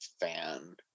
fan